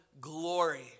glory